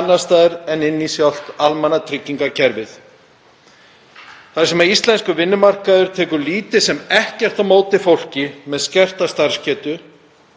annars staðar en inn í sjálft almannatryggingakerfið þar sem íslenskur vinnumarkaður tekur lítið sem ekkert á móti fólki með skerta starfsgetu